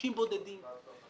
בוקר טוב.